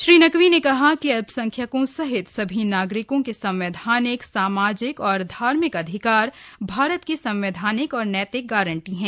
श्री नकवी ने कहा कि अल्पसंख्यकों सहित सभी नागरिकों के संवैधानिक सामाजिक और धार्मिक अधिकार भारत की संवैधानिक और नैतिक गारंटी है